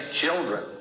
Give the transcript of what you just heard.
children